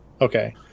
Okay